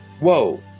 Whoa